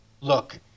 look